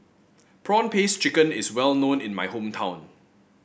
prawn paste chicken is well known in my hometown